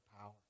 power